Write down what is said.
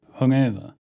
Hungover